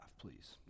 please